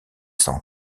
s’en